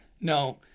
No